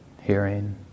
Hearing